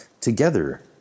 Together